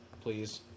please